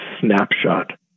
snapshot